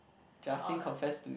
or